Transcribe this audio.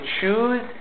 choose